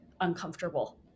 uncomfortable